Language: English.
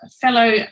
fellow